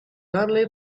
only